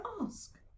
ask